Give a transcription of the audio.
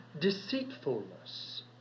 Deceitfulness